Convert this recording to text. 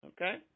Okay